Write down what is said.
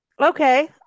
Okay